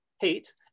hate